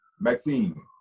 Maxine